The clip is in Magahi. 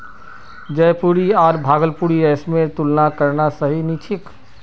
जयपुरी आर भागलपुरी रेशमेर तुलना करना सही नी छोक